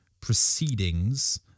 proceedings